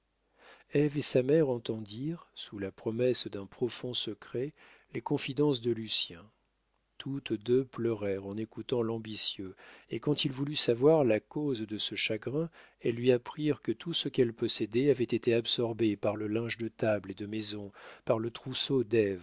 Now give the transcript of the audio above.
et sa mère entendirent sous la promesse d'un profond secret les confidences de lucien toutes deux pleurèrent en écoutant l'ambitieux et quand il voulut savoir la cause de ce chagrin elles lui apprirent que tout ce qu'elles possédaient avait été absorbé par le linge de table et de maison par le trousseau